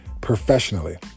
professionally